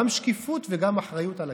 גם שקיפות וגם אחריות לכסף,